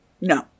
No